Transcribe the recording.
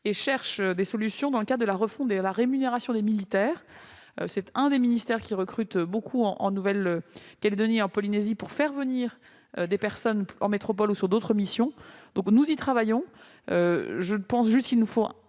et cherche des solutions dans le cadre de la refonte de la rémunération des militaires. C'est un ministère qui recrute beaucoup en Nouvelle-Calédonie et en Polynésie française pour faire venir des personnes en métropole ou sur d'autres missions. Je le répète, nous y travaillons. Je pense juste qu'il nous faut